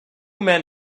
men